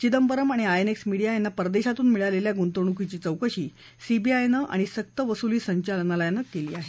चिदंबरम आणि INX media यांना परदेशातून मिळालेल्या गुंतवणूकीची चौकशी सीबीआयनं आणि सक्तवसुली संचालनालयानं केली आहे